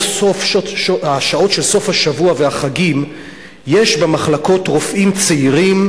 רוב השעות של סוף השבוע והחגים יש במחלקות רופאים צעירים,